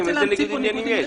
איזה ניגוד עניינים יש?